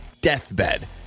deathbed